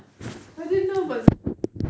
I didn't know about that